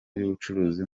y’ubucuruzi